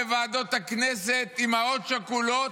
בוועדות הכנסת, אימהות שכולות,